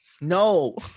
No